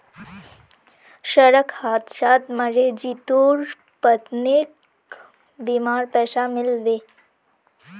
सड़क हादसात मरे जितुर पत्नीक बीमार पैसा मिल बे